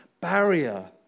barrier